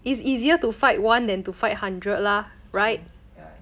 true ya